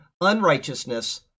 unrighteousness